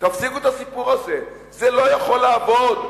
תפסיקו את הסיפור הזה, זה לא יכול לעבוד.